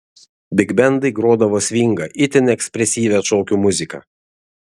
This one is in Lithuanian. bigbendai grodavo svingą itin ekspresyvią šokių muziką